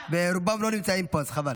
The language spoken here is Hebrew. ורובם לא נמצאים פה, אז חבל.